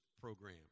program